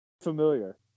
familiar